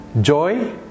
joy